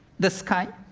the sky